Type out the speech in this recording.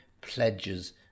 pledges